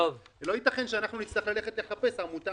לא ייתכן שאנחנו נצטרך ללכת ולחפש עמותה